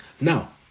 now